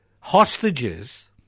hostages